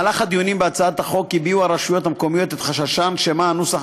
בדיונים בהצעת החוק הביעו הרשויות המקומיות את חששן שמא הנוסח